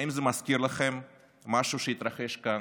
האם זה מזכיר לכם משהו שהתרחש כאן,